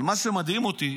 אבל מה שמדהים אותי,